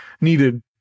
needed